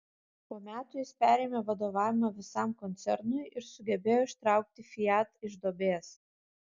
po metų jis perėmė vadovavimą visam koncernui ir sugebėjo ištraukti fiat iš duobės